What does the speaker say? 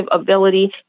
ability